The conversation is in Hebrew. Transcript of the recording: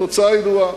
והתוצאה ידועה.